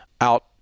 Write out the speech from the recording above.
out